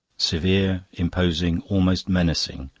severe, imposing, almost menacing,